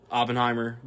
Oppenheimer